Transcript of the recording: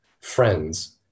friends